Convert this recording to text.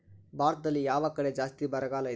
ಭಾರತದಲ್ಲಿ ಯಾವ ಕಡೆ ಜಾಸ್ತಿ ಬರಗಾಲ ಇದೆ?